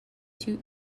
too